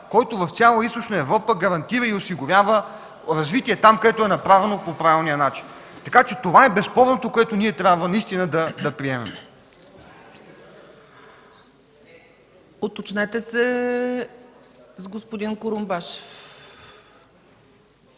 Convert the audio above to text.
който в цяла Източна Европа се гарантира и осигурява развитие там, където е направено по правилния начин, така че това е безспорното, което ние трябва да приемем.